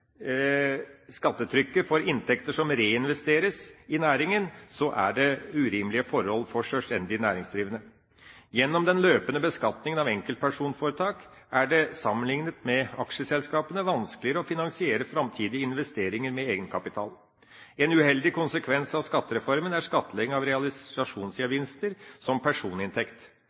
skattetrykket for inntekter som reinvesteres i næringen, er det urimelige forhold for sjølstendig næringsdrivende. Gjennom den løpende beskatningen av enkeltpersonforetak er det sammenlignet med aksjeselskapene vanskeligere å finansiere framtidige investeringer med egenkapital. En uheldig konsekvens av skattereformen er skattlegging av realisasjonsgevinster som personinntekt.